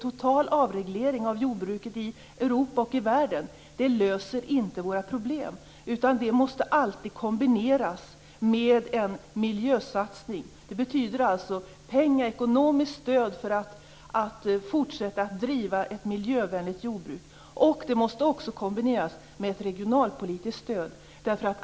Total avreglering av jordbruket i Europa och världen löser inte våra problem. Det måste alltid kombineras med en miljösatsning. Det betyder ekonomiskt stöd för att fortsätta att driva ett miljövänligt jordbruk. Det måste också kombineras med ett regionalpolitiskt stöd.